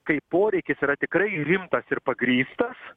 kai poreikis yra tikrai rimtas ir pagrįstas